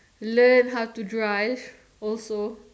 learn how to drive also